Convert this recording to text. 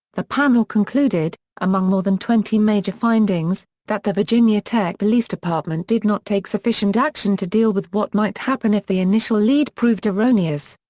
the panel concluded, among more than twenty major findings, that the virginia tech police department did not take sufficient action to deal with what might happen if the initial lead proved erroneous.